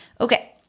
Okay